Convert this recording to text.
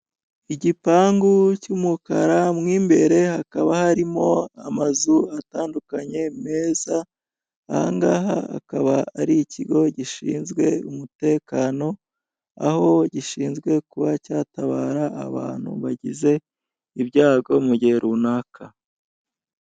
Igipangu cy'umukara mo imbere hakaba harimo amazu atandukanye meza, aha akaba ari ikigo gishinzwe umutekano, aho gishinzwe kuba cyatabara abantu bagize ibyago mu gihe runaka.